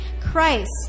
christ